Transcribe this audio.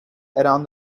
around